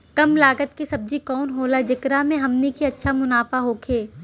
कम लागत के सब्जी कवन होला जेकरा में हमनी के अच्छा मुनाफा होखे?